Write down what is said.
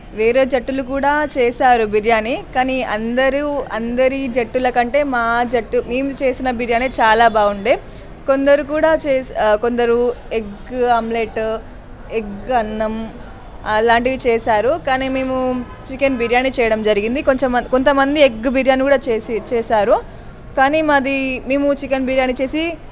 వేరే జట్టులు కూడా చేశారు బిర్యాని కానీ అందరూ అందరి జట్టుల కంటే మా జట్టు మేము చేసిన బిర్యాని చాలా బాగుంది కొందరు కూడా చేశా కొందరు ఎగ్ ఆమ్లెట్ ఎగ్ అన్నం అలాంటివి చేశారు కానీ మేము చికెన్ బిర్యాని చేయడం జరిగింది కొంచెం కొంత మంది ఎగ్ బిర్యానీ కూడా చేసి చేశారు కానీ మాది మేము చికెన్ బిర్యాని చేసి